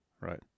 Right